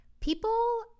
People